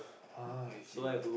ah I see